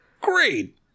great